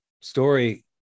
story